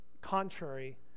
contrary